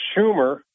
Schumer